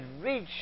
reach